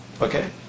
Okay